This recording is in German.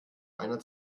einer